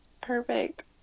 perfect